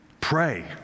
pray